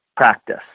practice